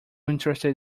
interested